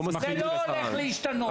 זה לא הולך להשתנות.